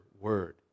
word